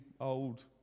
old